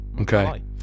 Okay